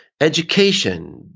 education